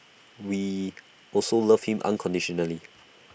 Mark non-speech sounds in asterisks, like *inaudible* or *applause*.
we also love him unconditionally *noise*